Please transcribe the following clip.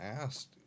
asked